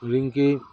Rinki